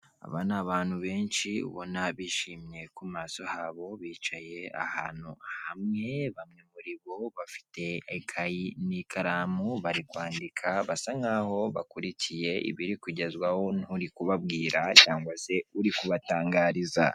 Aba ni abantu benshi ubona ko bishimye ku maso habo, bicaye ahantu hamwe bamwe muri bo bafite ikayi n'ikaramu, bari kwandika basa nk'aho bakurikiye ibirikugezwaho n'uri kubabwira cyangwa se uri kubatangariza.